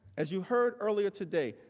as you heard earlier today,